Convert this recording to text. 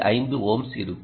5 ohms இருக்கும்